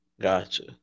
Gotcha